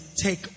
take